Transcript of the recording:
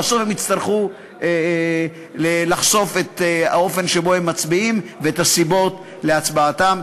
בסוף הם יצטרכו לחשוף את האופן שבו הם מצביעים ואת הסיבות להצבעתם.